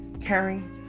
caring